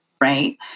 right